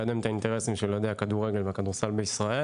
ארגון שמקדם את האינטרסים של אוהדי הכדורגל והכדורסל בישראל,